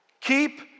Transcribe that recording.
Keep